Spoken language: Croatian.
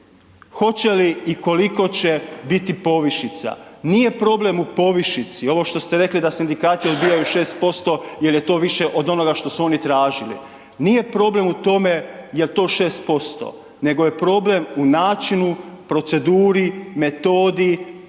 hoće li i koliko će biti povišica. Nije problem u povišici, ovo što ste rekli da sindikati odbijaju 6% jel je to više od onoga što su oni tražili, nije problem u tom jel to 6% nego je problem u načinu, proceduri, metodi